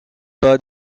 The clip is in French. pas